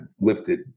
lifted